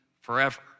forever